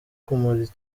kumukorera